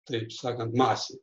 taip sakant masė